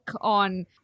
on